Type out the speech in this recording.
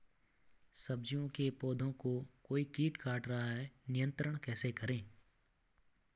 सब्जियों के पौधें को कोई कीट काट रहा है नियंत्रण कैसे करें?